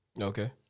Okay